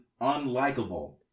unlikable